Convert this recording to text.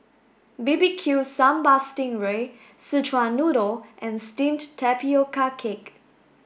B B Q sambal sting ray Szechuan noodle and steamed tapioca cake